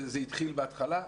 זה התחיל בהתחלה,